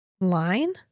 line